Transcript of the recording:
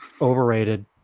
overrated